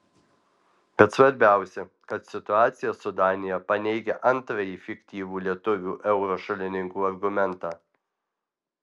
bet svarbiausia kad situacija su danija paneigia antrąjį fiktyvų lietuvių euro šalininkų argumentą